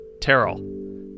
Terrell